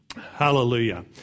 Hallelujah